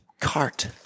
CART